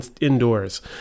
indoors